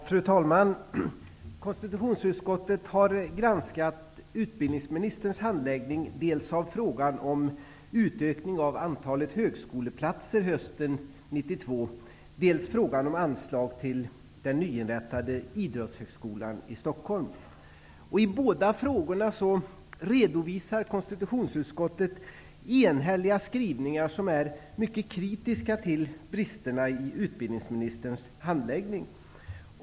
Fru talman! Konstitutionsutskottet har granskat utbildningsministerns handläggning av dels frågan om utökning av antalet högskoleplatser hösten 1992, dels frågan om anslag till den nyinrättade Idrottshögskolan i Stockholm. I båda frågorna redovisar konstitutionsutskottet enhälliga skrivningar som är mycket kritiska till bristerna i utbildningsministerns handläggning.